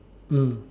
mm